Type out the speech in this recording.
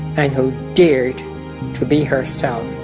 and who dared to be herself